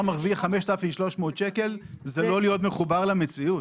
מרוויח היום 5,300 זה לא להיות מחובר למציאות.